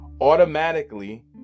Automatically